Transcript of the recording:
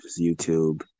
YouTube